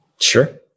Sure